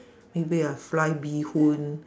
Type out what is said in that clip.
maybe I fry bee hoon